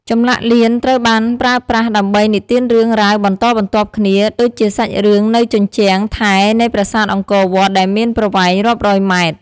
ចម្លាក់លៀនត្រូវបានប្រើប្រាស់ដើម្បី និទានរឿងរ៉ាវបន្តបន្ទាប់គ្នា ដូចជាសាច់រឿងនៅជញ្ជាំងថែវនៃប្រាសាទអង្គរវត្ត ដែលមានប្រវែងរាប់រយម៉ែត្រ។